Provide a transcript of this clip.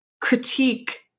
critique